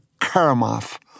Karamov